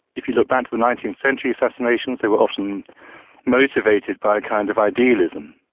if you look back to the nineteenth century assassinations they were often motivated by a kind of idealism.